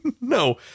No